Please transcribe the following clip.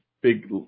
big